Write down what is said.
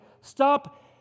Stop